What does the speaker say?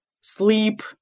sleep